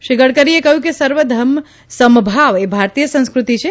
શ્રી ગડકરીએ કહયું કે સર્વ ધર્મ સમભાવ એ ભારતીય સંસ્કૃતિ છે